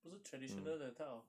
不是 traditional the type of